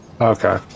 Okay